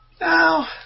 now